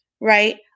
right